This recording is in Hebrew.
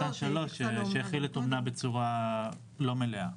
3. ירד סעיף זה שהכיל את אומנה בצורה לא מלאה.